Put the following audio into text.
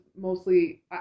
mostly